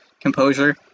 composure